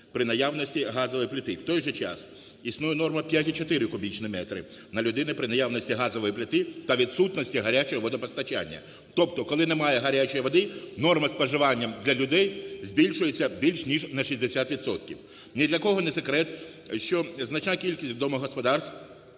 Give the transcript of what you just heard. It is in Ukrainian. при наявності газової плити. В той же час існує норма 5,4 кубічних метри на людину при наявності газової плити та відсутності гарячого водопостачання. Тобто коли немає гарячої води, норма споживання для людей збільшується більше ніж на 60 відсотків. Ні для кого не секрет, що значна кількість домогосподарств